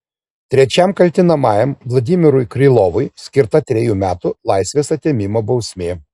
trečiam kaltinamajam vladimirui krylovui skirta trejų metų laisvės atėmimo bausmė